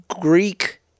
Greek